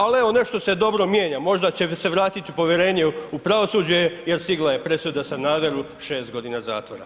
Ali evo, nešto se dobro mijenja, možda će se vratiti povjerenje u pravosuđe jer stigla je presuda Sanaderu 6 godina zatvora.